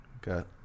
got